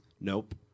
Nope